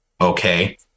okay